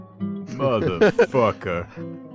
Motherfucker